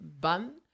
bun